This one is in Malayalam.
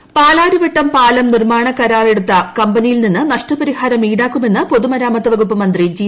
സുധാകരൻ പാലാരിവട്ടം പാലം നിർമ്മാണ കരാറെടുത്ത കമ്പനിയിൽ നിന്ന് നഷ്ടപരിഹാരം ഇൌടാക്കുമെന്ന് പൊതുമരാമത്ത് വകുപ്പ്മന്ത്രി ജി